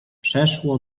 przeszło